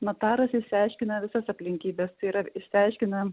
notaras išsiaiškina visas aplinkybes yra išsiaiškinę